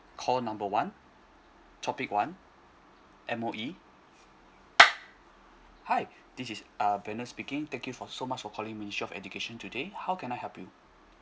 call number one topic one M_O_E hi this is uh bennett speaking thank you for so much for calling ministry of education today how can I help you